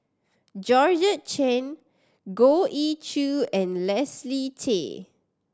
Georgette Chen Goh Ee Choo and Leslie Tay